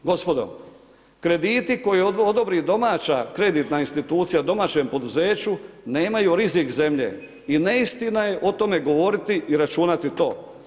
Gospodo krediti koje odobri domaća kreditna institucija domaćem poduzeću nemaju rizik zemlje i neistina je o tome govoriti i računati to.